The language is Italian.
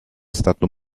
stato